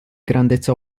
grandezza